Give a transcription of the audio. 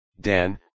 Dan